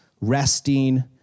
resting